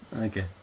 Okay